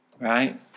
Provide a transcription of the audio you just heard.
right